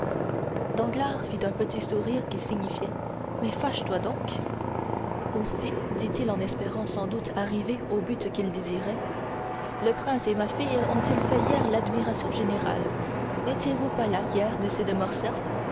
fit un petit sourire qui signifiait mais fâche toi donc aussi dit-il espérant sans doute arriver au but qu'il désirait le prince et ma fille ont-ils fait hier l'admiration générale nétiez vous pas là hier monsieur de morcerf